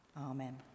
Amen